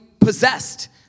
possessed